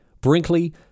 Brinkley